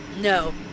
No